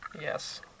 Yes